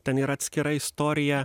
ten yra atskira istorija